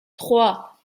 trois